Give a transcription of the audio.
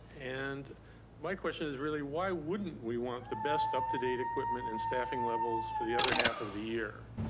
and my question is really why wouldn't we want the best up to date equipment and staffing levels for the other half of the year?